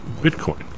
Bitcoin